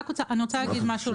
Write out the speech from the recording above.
על